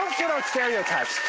stereotypes.